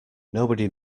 nobody